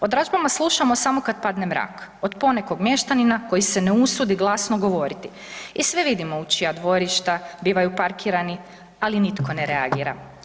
O dražbama slušamo samo kad padne mrak od ponekog mještanina koji se ne usudi glasno govoriti i sve vidimo u čija dvorišta bivaju parkirani, ali nitko ne reagira.